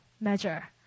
measure